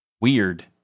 weird